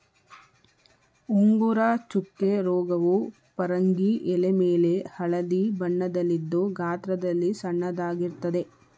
ಉಂಗುರ ಚುಕ್ಕೆ ರೋಗವು ಪರಂಗಿ ಎಲೆಮೇಲೆ ಹಳದಿ ಬಣ್ಣದಲ್ಲಿದ್ದು ಗಾತ್ರದಲ್ಲಿ ಸಣ್ಣದಾಗಿರ್ತದೆ